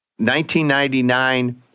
1999